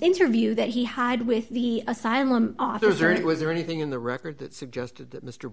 interview that he had with the asylum authors or it was there anything in the record that suggested that mr